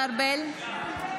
(קוראת בשם